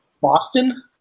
Boston